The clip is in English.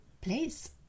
place